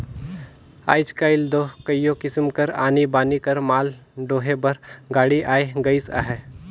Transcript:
आएज काएल दो कइयो किसिम कर आनी बानी कर माल डोहे बर गाड़ी आए गइस अहे